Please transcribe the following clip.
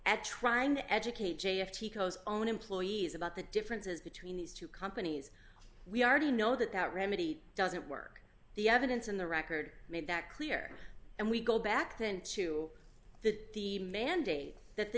at trying to educate j f chico's own employees about the differences between these two companies we already know that that remedy doesn't work the evidence in the record made that clear and we go back then to that the mandate that the